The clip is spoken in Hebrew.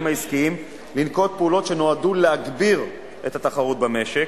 העסקיים לנקוט פעולות שנועדו להגביר את התחרות במשק,